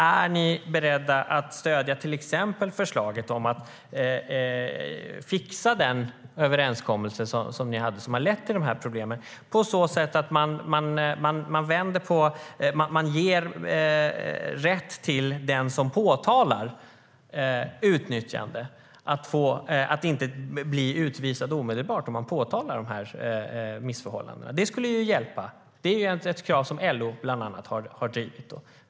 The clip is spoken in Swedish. Är ni beredda att stödja till exempel förslaget om att fixa den överenskommelse som har lett till de här problemen så att man ger rätt till den som påtalar ett utnyttjande eller andra missförhållanden att inte bli utvisad omedelbart? Det skulle ju hjälpa. Det är ett krav som bland annat LO har drivit.